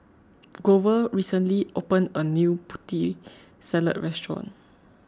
Glover recently opened a new Putri Salad restaurant